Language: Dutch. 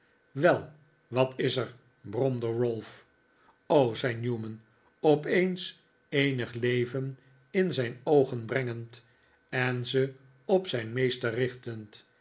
wel wat is er bromde ralph zei newman opeens eenig leven in zijn oogen brengend en ze op zijn meester richtend